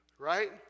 Right